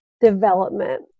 development